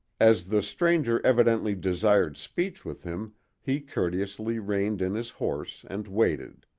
as the stranger evidently desired speech with him he courteously reined in his horse and waited.